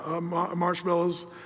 marshmallows